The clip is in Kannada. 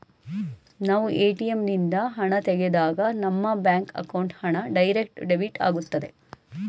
ನಾವು ಎ.ಟಿ.ಎಂ ನಿಂದ ಹಣ ತೆಗೆದಾಗ ನಮ್ಮ ಬ್ಯಾಂಕ್ ಅಕೌಂಟ್ ಹಣ ಡೈರೆಕ್ಟ್ ಡೆಬಿಟ್ ಆಗುತ್ತದೆ